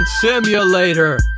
Simulator